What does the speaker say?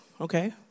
Okay